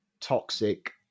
toxic